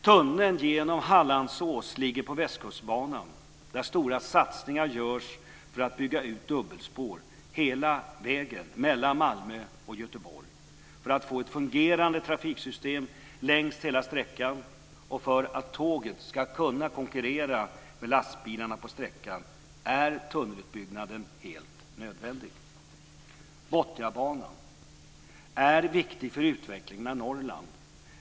Tunneln genom Hallandsås ligger på Västkustbanan där stora satsningar görs för att bygga ut till dubbelspår hela vägen, mellan Malmö och Göteborg. För att få ett fungerande trafiksystem längs hela sträckan och för att tåget ska kunna konkurrera med lastbilarna på sträckan är tunnelutbyggnaden helt nödvändig. Botniabanan är viktig för utvecklingen av Norrland.